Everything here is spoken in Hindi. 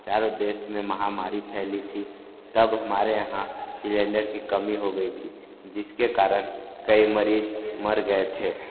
चारों देश में महामारी फैली थी तब हमारे यहाँ सिलेंडर की कमी हो गई थी जिसके कारण कई मरीज मर गए थे